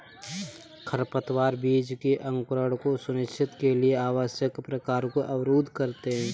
खरपतवार बीज के अंकुरण को सुनिश्चित के लिए आवश्यक प्रकाश को अवरुद्ध करते है